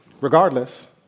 regardless